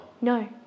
No